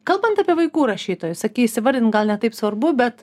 kalbant apie vaikų rašytojus sakei įsivardint gal ne taip svarbu bet